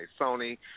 Sony